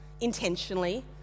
intentionally